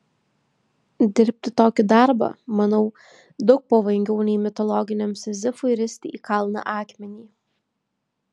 dirbti tokį darbą manau daug pavojingiau nei mitologiniam sizifui risti į kalną akmenį